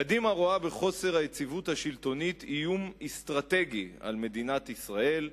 קדימה רואה בחוסר היציבות השלטונית איום אסטרטגי על מדינת ישראל.